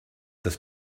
this